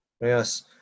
Yes